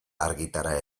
argitara